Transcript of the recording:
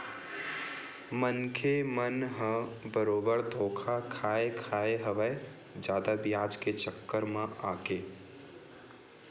मनखे मन ह बरोबर धोखा खाय खाय हवय जादा बियाज के चक्कर म आके